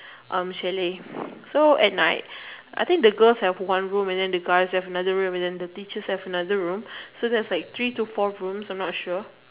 chalet so at night I think the girls have one room and then the guys have another room and then the teachers have another room so like three to four room I am not sure